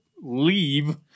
leave